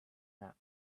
nap